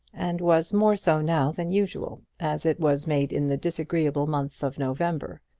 and was more so now than usual, as it was made in the disagreeable month of november.